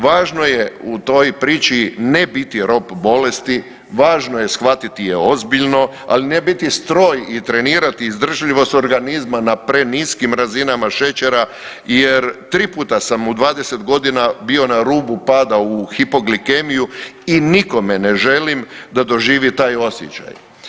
Važno je u toj priči ne biti rob bolesti, važno je shvatiti je ozbiljno, ali ne biti stroj i trenirati izdržljivost organizma na preniskim razinama šećera jer 3 puta sam u 20 godina bio na rubu pada u hipoglikemiju i nikome ne želim da doživi taj osjećaj.